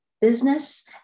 business